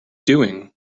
doing